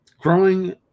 Growing